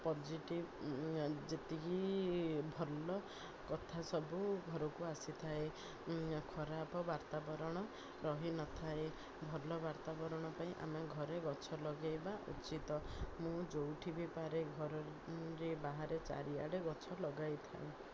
positive ଯେତିକି ଭଲ କଥା ସବୁ ଘରକୁ ଆସିଥାଏ ଖରାପ ବାର୍ତ୍ତାବରଣ ରହିନଥାଏ ଭଲ ବାର୍ତ୍ତାବରଣ ପାଇଁ ଆମେ ଘରେ ଗଛ ଲଗାଇବା ଉଚିତ ମୁଁ ଯେଉଁଠି ବି ପାରେ ଘରରେ ବାହାରେ ଚାରିଆଡ଼େ ଗଛ ଲଗାଇ ଥାଏ